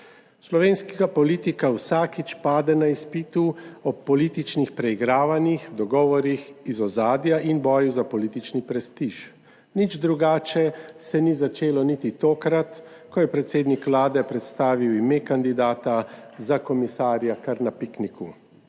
Slovenska politika vsakič pade na izpitu, ob političnih preigravanjih, dogovorih iz ozadja in boju za politični prestiž. Nič drugače se ni začelo niti tokrat, ko je predsednik Vlade predstavil ime kandidata za komisarja kar na pikniku.